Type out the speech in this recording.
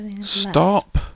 stop